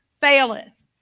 faileth